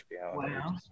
Wow